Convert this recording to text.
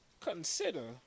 consider